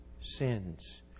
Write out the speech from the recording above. sins